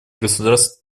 государств